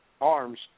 arms